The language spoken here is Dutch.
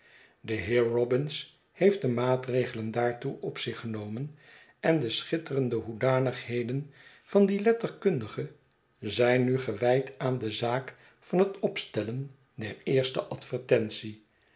de heer robins heeft de maatregelen daartoe op zich genomen en de schitterende hoedanigheden van dien letterkundige zijn nu gewijd aan de taak van het opstellen der eerste advertentie